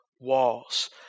walls